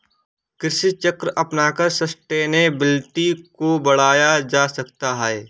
कृषि चक्र अपनाकर सस्टेनेबिलिटी को बढ़ाया जा सकता है